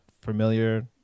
familiar